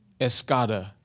Escada